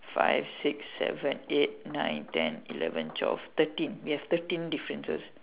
five six seven eight nine ten eleven twelve thirteen we have thirteen differences